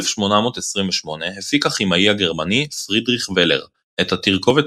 ב-1828 הפיק הכימאי הגרמני פרידריך ולר את התרכובת